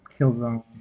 Killzone